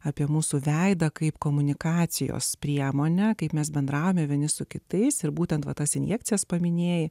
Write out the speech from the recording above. apie mūsų veidą kaip komunikacijos priemonę kaip mes bendravome vieni su kitais ir būtent va tas injekcijas paminėjai